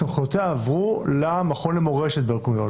סמכויותיה עברו למכון למורשת בן-גוריון,